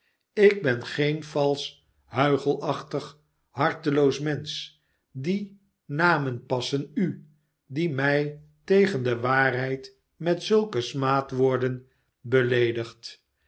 ik ben geen valsch huichelachtig harteloos mensch die namen passen u die mij tegen de waarheid met zulke smaadwoorden beleedigt